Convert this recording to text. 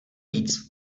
víc